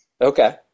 okay